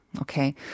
Okay